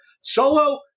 solo